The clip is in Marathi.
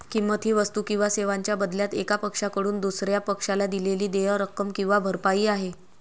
किंमत ही वस्तू किंवा सेवांच्या बदल्यात एका पक्षाकडून दुसर्या पक्षाला दिलेली देय रक्कम किंवा भरपाई आहे